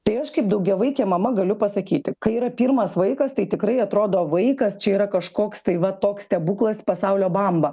tai aš kaip daugiavaikė mama galiu pasakyti kai yra pirmas vaikas tai tikrai atrodo vaikas čia yra kažkoks tai va toks stebuklas pasaulio bamba